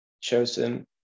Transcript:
chosen